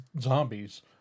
zombies